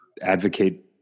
advocate